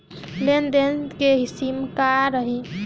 लेन देन के सिमा का रही?